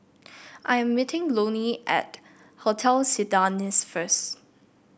I am meeting Lonnie at Hotel Citadines first